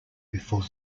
before